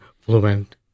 fluent